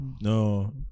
No